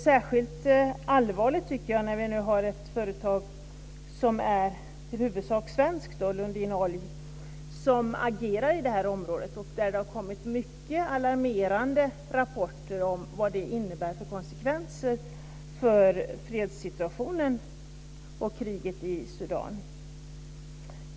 Särskilt allvarligt är det, tycker jag, att ett i huvudsak är svenskt företag, Lundin Oil, agerar i området. Det har ju kommit mycket alarmerande rapporter om konsekvenserna för freden och kriget i Sudan.